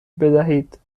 بدهید